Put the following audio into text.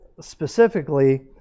specifically